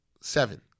Seven